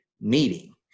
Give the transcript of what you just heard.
meeting